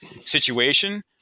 situation